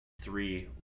three